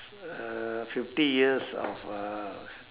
uh fifty years of uh